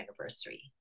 anniversary